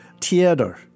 theater